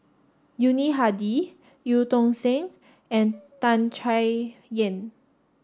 Yuni Hadi Eu Tong Sen and Tan Chay Yan